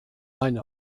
eine